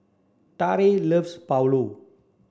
Trae loves Pulao